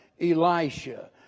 Elisha